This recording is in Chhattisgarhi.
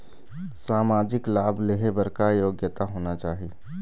सामाजिक लाभ लेहे बर का योग्यता होना चाही?